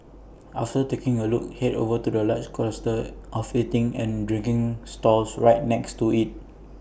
after taking A look Head over to the large cluster of eating and drinking stalls right next to IT